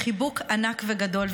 חיבוק ענק וגדול,